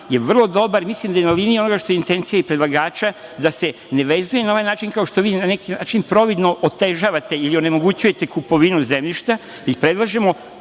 je vrlo dobar i mislim da je na liniji onoga što je intencija predlagača, da se ne vezuje na ovaj način kao što vi na neki način providno otežavate ili onemogućujete kupovinu zemljišta i predlažemo